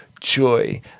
joy